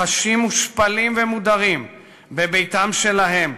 וחשים מושפלים ומודרים בביתם שלהם,